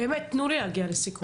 תנו לי להגיע לסיכום.